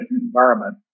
environment